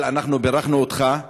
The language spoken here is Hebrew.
אבל בירכנו אותך,